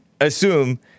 assume